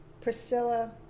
Priscilla